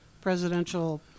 presidential